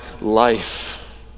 life